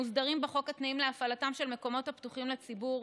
מוסדרים בחוק התנאים להפעלתם של מקומות הפתוחים לציבור,